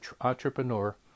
entrepreneur